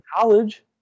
college